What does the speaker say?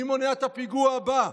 מי מונע את הפיגוע הבא?